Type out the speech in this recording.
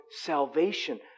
salvation